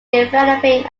developing